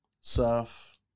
Surf